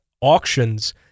auctions